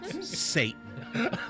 Satan